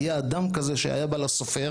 היה אדם כזה שהיה בא לסופר.